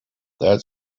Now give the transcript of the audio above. that